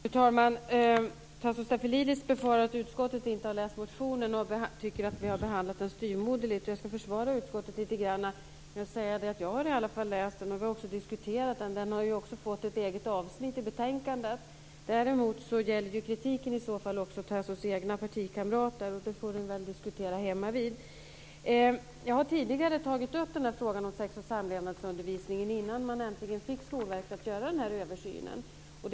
Fru talman! Tasso Stafilidis befarar att utskottet inte har läst motionen och tycker att vi har behandlat den styvmoderligt. Jag ska försvara utskottet lite grann genom att säga att jag i alla fall har läst den. Vi har också diskuterat den. Den har ju också fått ett eget avsnitt i betänkandet. Dessutom gäller ju kritiken i så fall också Tasso Stafilidis egna partikamrater. Det får ni väl diskutera hemmavid. Jag har tidigare, innan man äntligen fick Skolverket att göra den här översynen, tagit upp frågan om sex och samlevnadsundervisningen.